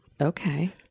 okay